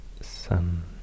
Sun